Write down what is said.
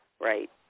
Right